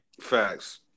Facts